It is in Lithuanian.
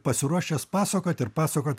pasiruošęs pasakot ir pasakot